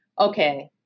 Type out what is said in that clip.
okay